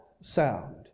sound